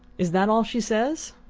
is that all she says?